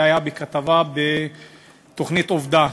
זה היה בכתבה בתוכנית "עובדה"